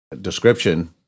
description